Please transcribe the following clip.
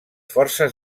forces